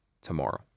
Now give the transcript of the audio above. tomorrow